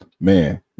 Man